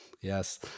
Yes